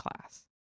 class